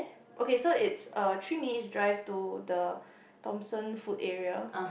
okay is a three minute drive to the Thomson food area